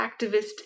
activist